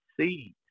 seed